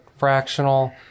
fractional